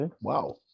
wow